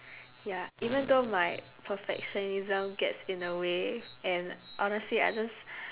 ya even though my perfectionism gets in the way and honestly I just